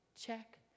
check